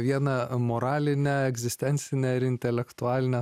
vieną moralinę egzistencinę ir intelektualinę